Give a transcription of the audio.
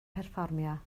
perfformio